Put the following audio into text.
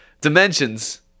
dimensions